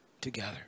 together